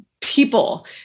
people